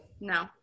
No